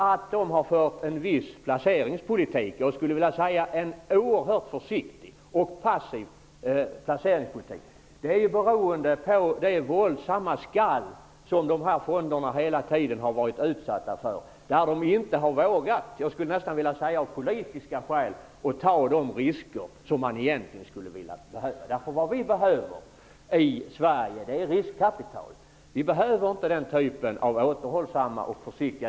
Att fonderna har fört en oerhört försiktig och passiv placeringspolitik har berott på det våldsamma skall som fonderna hela tiden har varit utsatta för. De har av politiska skäl inte vågat ta de risker som egentligen hade behövt tas. Sverige behöver riskkapital. Vi behöver inte den typen av återhållsamma placeringar.